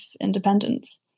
independence